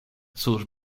cóż